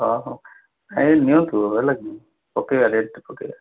ହ ହଉ ନାହିଁ ନିଅନ୍ତୁ ହେଲାକି ପକାଇବା ରେଟ୍ ପକାଇବା